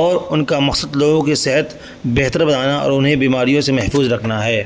اور ان کا مکصد لوگوں کی صحت بہتر بنانا اور انہیں بیماریوں سے محفوظ رکھنا ہے